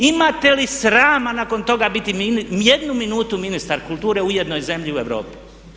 Imate li srama nakon toga biti jednu minutu ministar kulture u ijednoj zemlji u Europi?